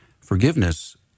Forgiveness